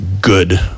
good